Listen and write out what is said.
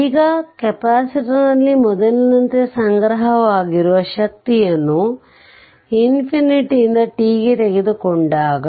ಈಗ ಕೆಪಾಸಿಟರ್ನಲ್ಲಿ ಮೊದಲಿನಂತೆ ಸಂಗ್ರಹವಾಗಿರುವ ಶಕ್ತಿಯನ್ನು ನಿಂದ t ಗೆ ತೆಗೆದುಕೊಂಡಾಗ